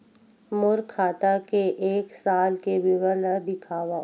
मोर खाता के एक साल के विवरण ल दिखाव?